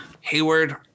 Hayward